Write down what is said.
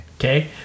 Okay